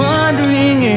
Wondering